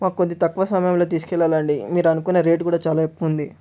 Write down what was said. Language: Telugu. మాకు కొద్దిగా తక్కువ సమయంలో తీసుకెళ్ళాలి అండి మీరు అనుకున్న రేటు కూడా చాలా ఎక్కువుంది